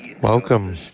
Welcome